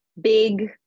big